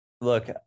look